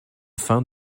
fin